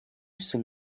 sing